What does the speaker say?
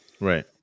right